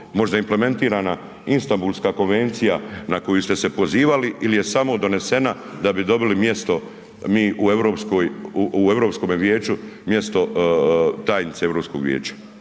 možda implementirana Istanbulska konvencija na koju ste se pozivali il je samo donesena da bi dobili mjesto mi u europskoj u Europskome vijeću mjesto tajnice Europskog vijeća.